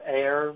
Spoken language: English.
air